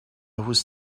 was